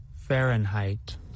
Fahrenheit